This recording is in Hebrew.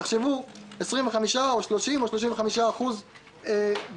תחשבו: 25% או 30% או 35% ב-2023.